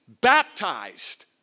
baptized